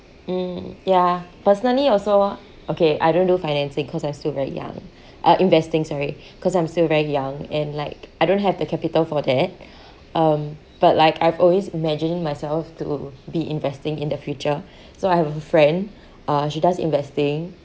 um yeah personally also okay I don't do financing because I'm still very young uh investing sorry because I'm still very young and like I don't have the capital for that um but like I've always imagining myself to be investing in the future so I have a friend uh she does investing